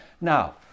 Now